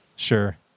Sure